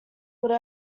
would